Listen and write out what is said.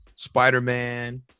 Spider-Man